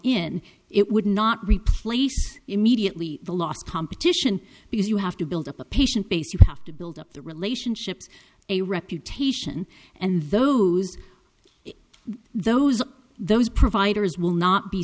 in it would not replace immediately the last competition because you have to build up a patient base you have to build up the relationships a reputation and those those those providers will not be